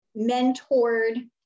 mentored